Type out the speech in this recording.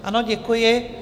Ano, děkuji.